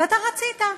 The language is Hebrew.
ואתה רצית.